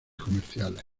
comerciales